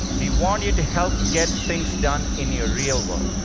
we want you to help get things done in your real world